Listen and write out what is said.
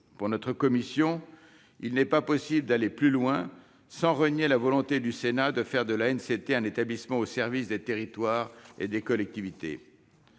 Pour notre commission, il n'est pas possible d'aller plus loin sans renier la volonté du Sénat de faire de l'ANCT un établissement au service des territoires et des collectivités.